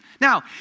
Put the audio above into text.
Now